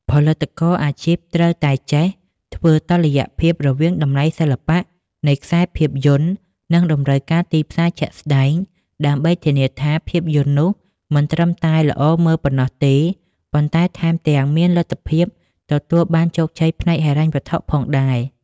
ផលិតករអាជីពត្រូវតែចេះធ្វើតុល្យភាពរវាងតម្លៃសិល្បៈនៃខ្សែភាពយន្ត និងតម្រូវការទីផ្សារជាក់ស្ដែង ដើម្បីធានាថាភាពយន្តនោះមិនត្រឹមតែល្អមើលប៉ុណ្ណោះទេ ប៉ុន្តែថែមទាំងមានលទ្ធភាពទទួលបានជោគជ័យផ្នែកហិរញ្ញវត្ថុផងដែរ។